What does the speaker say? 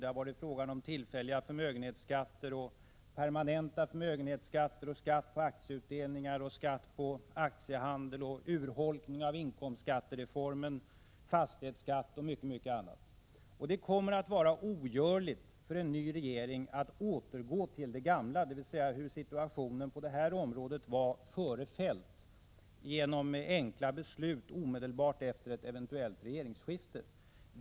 Det har varit fråga om tillfälliga förmögenhetsskatter och permanenta förmögenhetsskatter, skatt på aktieutdelningar och skatt på aktiehandel, urholkning av inkomstskattereformen, fastighetsskatt och mycket mycket annat. Det kommer att vara ogörligt för en ny regering att återgå till det gamla, dvs. till vad situationen på det här området var före Feldt, genom enkla beslut omedelbart efter ett eventuellt regeringsskifte.